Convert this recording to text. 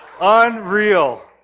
Unreal